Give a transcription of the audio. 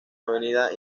avenida